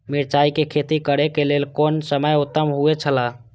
मिरचाई के खेती करे के लेल कोन समय उत्तम हुए छला?